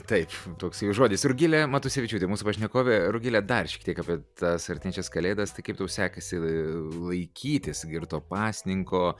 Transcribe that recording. taip toksai žodis rugilė matusevičiūtė mūsų pašnekovė rugile dar šiek tiek apie tas artėjančias kalėdas tai kaip tau sekasi laikytis gi ir to pasninko